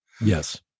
Yes